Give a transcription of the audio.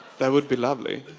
that would be lovely.